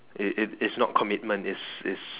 it it is not commitment it's it's